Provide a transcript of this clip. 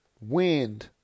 wind